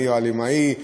לנירה לאמעי,